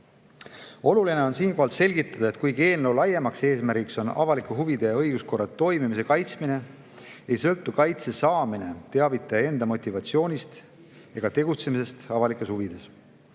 on siinkohal selgitada, et kuigi eelnõu laiem eesmärk on avalike huvide ja õiguskorra toimimise kaitsmine, ei sõltu kaitse saamine teavitaja enda motivatsioonist ega tegutsemisest avalikes huvides.